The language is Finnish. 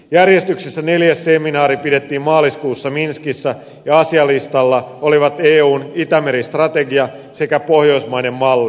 järjestyksessä neljäs seminaari pidettiin maaliskuussa minskissä ja asialistalla olivat eun itämeri strategia sekä pohjoismainen malli